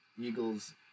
Eagles